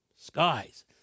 skies